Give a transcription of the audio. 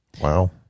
Wow